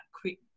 quick